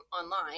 online